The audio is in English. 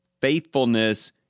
faithfulness